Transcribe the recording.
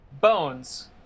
Bones